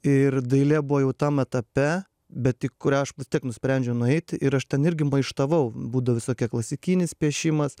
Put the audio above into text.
ir dailė buvo jau tam etape bet tik kurią aš vis tiek nusprendžiau nueiti ir aš ten irgi maištavau būdavo visokie klasikinis piešimas